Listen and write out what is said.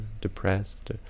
depressed